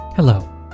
Hello